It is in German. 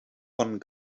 von